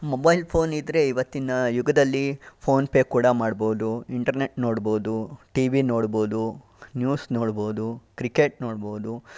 mobile phone ಇದ್ದರೆ ಇವತ್ತಿನ ಯುಗದಲ್ಲಿ ಫೋನ್ ಪೇ ಕೂಡ ಮಾಡ್ಬೋದು ಇಂಟರ್ನೆಟ್ ನೋಡ್ಬೋದು ಟಿ ವಿ ನೋಡ್ಬೋದು ನ್ಯೂಸ್ ನೋಡ್ಬೋದು ಕ್ರಿಕೆಟ್ ನೋಡ್ಬೋದು